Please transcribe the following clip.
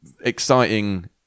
exciting